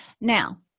Now